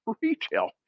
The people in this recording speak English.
Retail